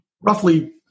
roughly